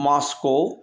Moscow